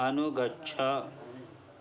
अनुगच्छ